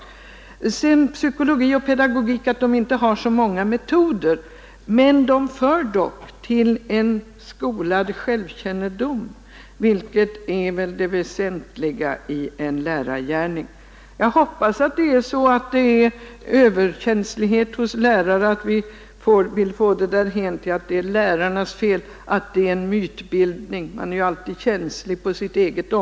Vad beträffar psykologi och pedagogik och anmärkningen att man inte har så många metoder, så för de dock till en skolad självkännedom, vilket väl är det väsentliga i en lärargärning. Jag hoppas att det bara är överkänslighet hos lärarna när vi tycker att man ofta vill få det därhän att det är lärarnas fel.